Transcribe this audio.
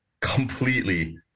completely